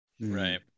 Right